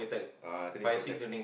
ah three four A tech